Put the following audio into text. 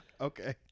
Okay